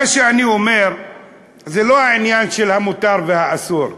מה שאני אומר זה לא העניין של המותר והאסור.